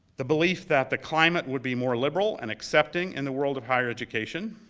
the belief that the climate would be more liberal and accepting in the world of higher education.